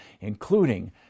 including